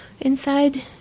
Inside